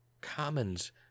commons